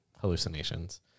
Hallucinations